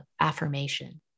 affirmation